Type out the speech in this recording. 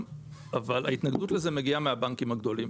- אבל ההתנגדות לזה מגיעה מהבנקים הגדולים.